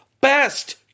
best